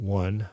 one